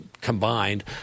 combined